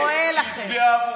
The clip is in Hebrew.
רואה לכם.